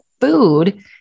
food